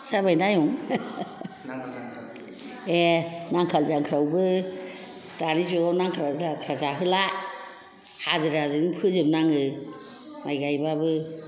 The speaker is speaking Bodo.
जाबायना आयं ए नांगाल जांख्रायावबो दानि जुगाव नांगाल जांख्रा जाहोला हाजिराजोंनो फोजोब नाङो माइ गायबाबो